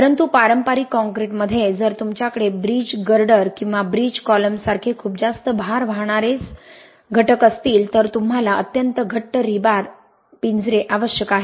परंतु पारंपारिक काँक्रीटमध्ये जर तुमच्याकडे ब्रिज गर्डर किंवा ब्रिज कॉलम सारखे खूप जास्त भार वाहणारे सदस्य असतील तर तुम्हाला अत्यंत घट्ट रीबार बार पिंजरे आवश्यक आहेत